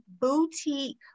boutique